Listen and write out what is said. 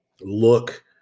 look